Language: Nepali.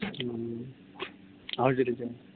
हजुर हजुर